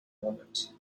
moment